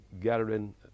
gathering